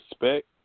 respect